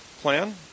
plan